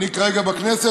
אני כרגע בכנסת,